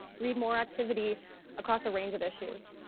breed more activity across a range of issues